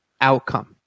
outcome